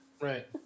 Right